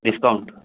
discount